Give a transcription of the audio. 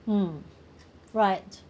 mm right